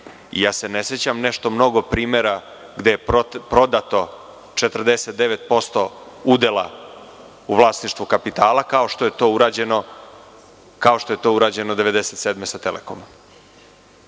i ne sećam se nešto mnogo primera gde je prodato 49% udela u vlasništvu kapitala, kao što je to urađeno 1997. godine sa „Telekomom“.